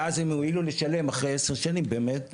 ואז הם הואילו לשלם אחרי עשר שנים, באמת כל הכבוד.